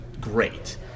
great